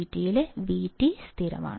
VGS VT VT സ്ഥിരമാണ്